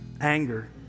anger